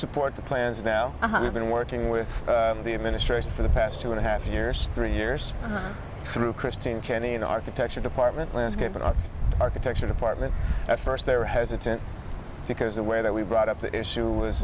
support the plans now i have been working with the administration for the past two and a half years three years through christine kenney in architecture department landscape architecture department at first they were hesitant because the way that we brought up the issue was